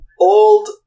old